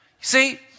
See